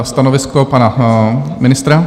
Stanovisko pana ministra?